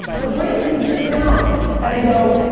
the brand team sits down and they go oh,